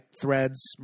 threads